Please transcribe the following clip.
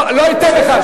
אני לא אתן לך.